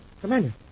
Commander